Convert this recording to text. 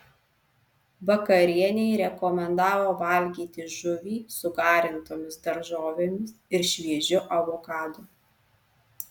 vakarienei rekomendavo valgyti žuvį su garintomis daržovėmis ir šviežiu avokadu